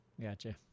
Gotcha